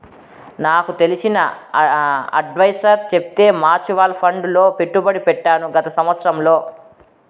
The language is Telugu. నాకు తెలిసిన అడ్వైసర్ చెప్తే మూచువాల్ ఫండ్ లో పెట్టుబడి పెట్టాను గత సంవత్సరంలో